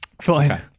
Fine